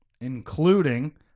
including